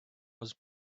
was